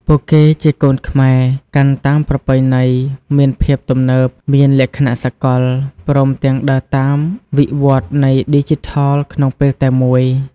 ពួកគេជាកូនខ្មែរ កាន់តាមប្រពៃណី មានភាពទំនើប មានលក្ខណៈសកល ព្រមទាំងដើរតាមវិវឌ្ឍនៃឌីជីថលក្នុងពេលតែមួយ។